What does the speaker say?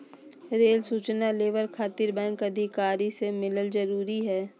Rail सूचना लेबर खातिर बैंक अधिकारी से मिलक जरूरी है?